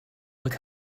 look